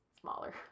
smaller